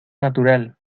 natural